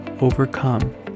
overcome